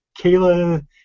Kayla